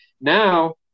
Now